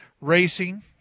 racing